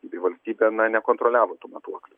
tai valstybė na nekontroliavo tų matuoklių